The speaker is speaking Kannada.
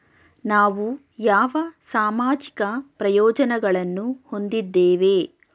ನಾವು ಯಾವ ಸಾಮಾಜಿಕ ಪ್ರಯೋಜನಗಳನ್ನು ಹೊಂದಿದ್ದೇವೆ?